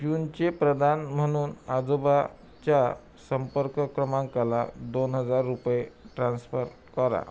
जूनचे प्रदान म्हणून आजोबाच्या संपर्क क्रमांकाला दोन हजार रुपये ट्रान्स्फर करा